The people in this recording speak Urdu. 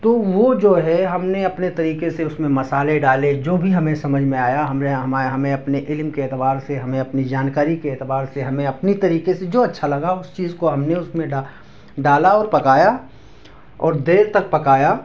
تو وہ جو ہے ہم نے اپنے طریقے سے اس میں مصالحے ڈالے جو بھی ہمیں سمجھ میں آیا ہم نے ہمیں اپنے علم کے اعتبار سے ہمیں اپنی جانکاری کے اعتبار سے ہمیں اپنی طریقے سے جو اچھا لگا اس چیز کو ہم نے اس میں ڈا ڈالا اور پکایا اور دیر تک پكایا